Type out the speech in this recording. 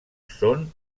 són